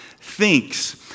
thinks